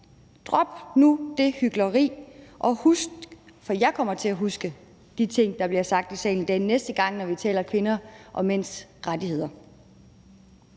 og husk det – for jeg kommer til at huske de ting, der bliver sagt i salen i dag, næste gang vi taler kvinder og mænds rettigheder.